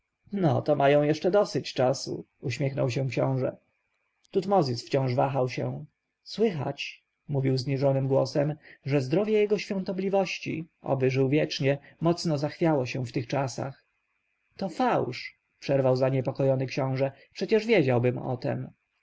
no to mają jeszcze dosyć czasu uśmiechnął się książę tutmozis wciąż wahał się słychać mówił zniżonym głosem że zdrowie jego świątobliwości oby żył wiecznie mocno zachwiało się w tych czasach to fałsz przerwał zaniepokojony książę przecież wiedziałbym o tem